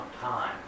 time